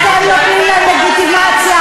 אתם נותנים להם לגיטימציה.